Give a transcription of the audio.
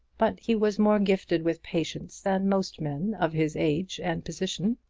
but he was more gifted with patience than most men of his age and position,